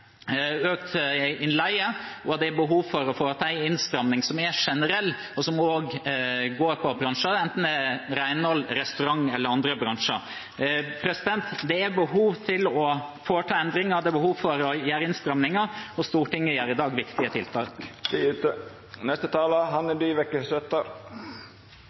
Det er behov for å foreta en innstramning som er generell, og som også går på bransjer innenfor renhold, restaurant eller andre bransjer. Det er behov for å foreta endringer, det er behov for å gjøre innstramninger, og Stortinget treffer i dag viktige tiltak.